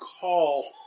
call